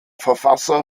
verfasser